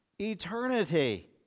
Eternity